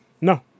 No